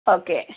okay